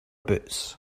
boots